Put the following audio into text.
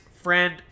friend